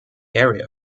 area